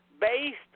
based